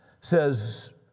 says